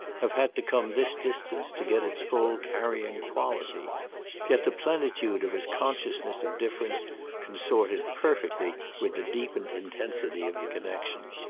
have had to come this distance to get its full carrying quality yet the plentitude of his consciousness of difference consorted perfectly with the deepened intensity of the connexion.